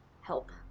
help